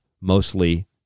mostly